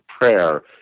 prayer